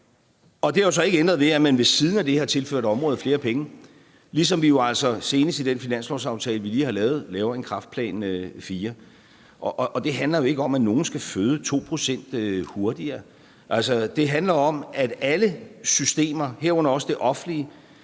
Det har jo så ikke ændret ved, at man ved siden af det har tilført området flere penge, ligesom vi jo altså senest i den finanslovsaftale, vi lige har indgået, laver en kræftplan IV. Det handler jo ikke om, at nogen skal føde 2 pct. hurtigere. Det handler om, at alle systemer, herunder også det offentlige,